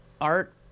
Art